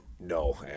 No